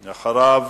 אחריו,